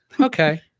Okay